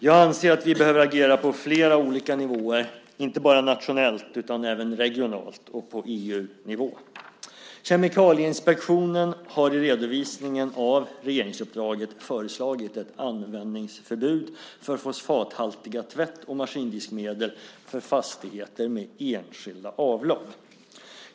Jag anser att vi behöver agera på flera olika nivåer, inte bara nationellt utan även regionalt och på EU-nivå. Kemikalieinspektionen har i redovisningen av regeringsuppdraget föreslagit ett användningsförbud för fosfathaltiga tvätt och maskindiskmedel för fastigheter med enskilda avlopp.